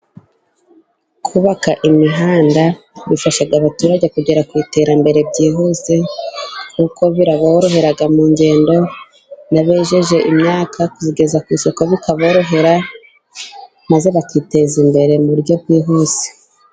Kubaka imihanda bifasha abaturage kugera ku iterambere byihuse, kuko biraborohera mu ngendo. N'abejeje imyaka kuyigeza ku isoko bikaborohera, maze bakiteza imbere mu buryo bwihuse.